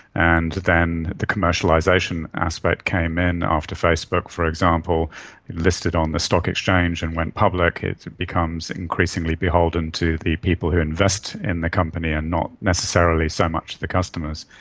and then the commercialisation aspect came in after facebook, for example listed on the stock exchange and went public, it becomes increasingly beholden to the people who invest in the company and not necessarily so much the customers.